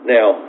Now